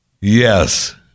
yes